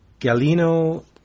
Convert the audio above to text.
Galino